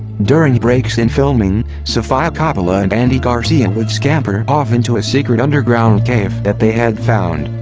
during breaks in filming, sofia coppola and andy garcia would scamper off into a secret underground cave that they had found.